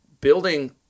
building